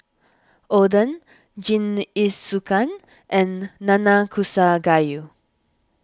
Oden Jingisukan and Nanakusa Gayu